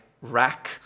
rack